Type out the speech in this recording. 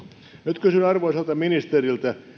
nyt kysyn arvoisalta ministeriltä